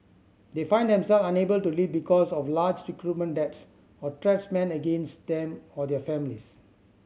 they find themselves unable to leave because of large recruitment debts or threats man against them or their families